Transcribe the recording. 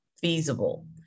feasible